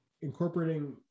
incorporating